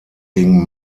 gegen